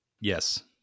Yes